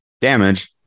damage